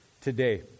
today